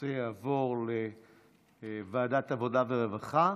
הנושא יעבור לוועדת העבודה והרווחה.